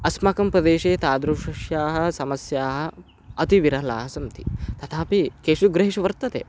अस्माकं प्रदेशे तादृशाः समस्याः अतिविरलाः सन्ति तथापि केषु गृहेषु वर्तन्ते